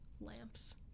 lamps